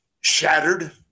shattered